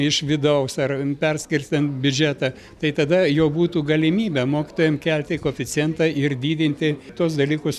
iš vidaus ar perskirstant biudžetą tai tada jau būtų galimybė mokytojam kelti koeficientą ir didinti tuos dalykus